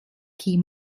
key